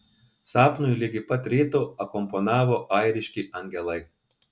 sapnui ligi pat ryto akompanavo airiški angelai